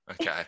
okay